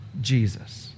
Jesus